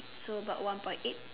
so about one point eight